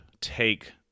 take